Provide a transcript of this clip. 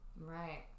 Right